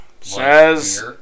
says